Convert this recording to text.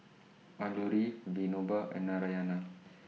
Alluri Vinoba and Narayana